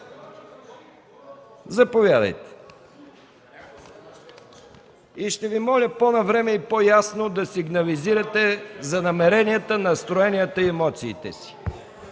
за прегласуване. Ще Ви моля по навреме и по-ясно да сигнализирате за намеренията, настроенията и емоциите си.